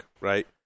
right